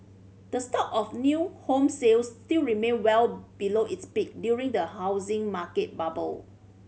the stock of new home sales still remain well below its peak during the housing market bubble